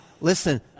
listen